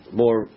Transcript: more